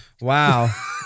Wow